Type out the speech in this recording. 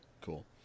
cool